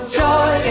joy